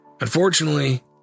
Unfortunately